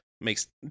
makes